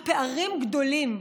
הפערים גדולים.